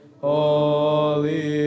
Holy